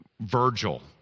Virgil